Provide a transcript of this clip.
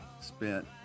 spent